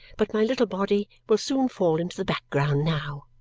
but my little body will soon fall into the background now.